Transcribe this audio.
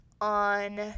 on